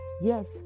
Yes